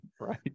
right